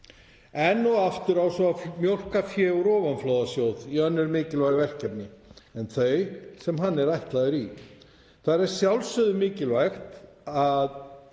Enn og aftur á svo mjólka fé úr ofanflóðasjóði í önnur mikilvæg verkefni en þau sem hann er ætlaður í. Að sjálfsögðu er mikilvægt að